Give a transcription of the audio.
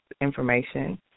information